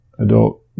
adult